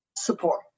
Support